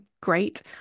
great